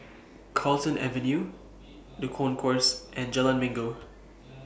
Carlton Avenue The Concourse and Jalan Minggu